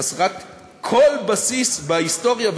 חסרת כל בסיס בהיסטוריה,